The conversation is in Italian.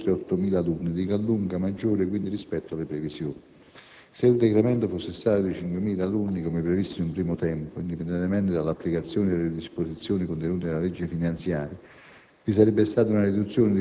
evidenziano un calo di oltre 8.000 alunni di gran lunga maggiore, quindi rispetto alle previsioni. Se il decremento fosse stato di 5.000 alunni, come previsto in un primo tempo -indipendentemente dall'applicazione delle disposizioni contenute nella legge finanziaria